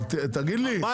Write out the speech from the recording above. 14